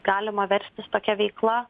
galima verstis tokia veikla